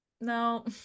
no